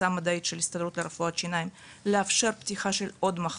המדעית של ההסתדרות לרפואת שיניים לאפשר פתיחה של עוד מחלקות.